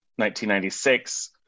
1996